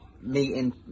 meeting